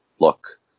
look